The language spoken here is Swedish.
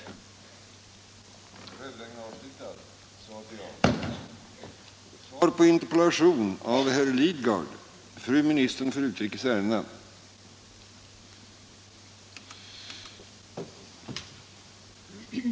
§ 10 Om en kampanj mot dödsstraffet